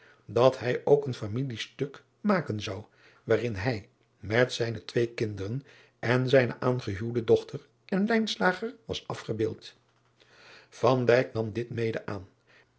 dat hij ook een familieftuk maken zou waarin hij met zijne twee kinderen en zijne aangehuwde dochter en was afgebeeld nam dit mede aan